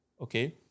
Okay